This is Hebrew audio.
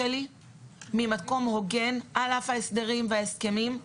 ממקום הוגן על אף ההסדרים וההסכמים,